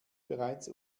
bereits